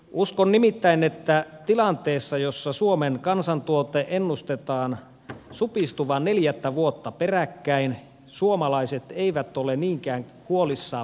uskon nimittäin että tilanteessa jossa suomen kansantuotteen ennustetaan supistuvan neljättä vuotta peräkkäin suomalaiset eivät ole niinkään huolissaan